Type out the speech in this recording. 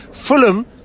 Fulham